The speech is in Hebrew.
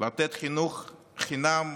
לתת חינוך חינם